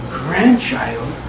grandchild